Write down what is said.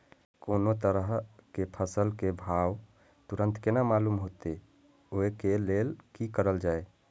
कोनो तरह के फसल के भाव तुरंत केना मालूम होते, वे के लेल की करल जाय?